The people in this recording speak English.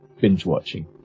binge-watching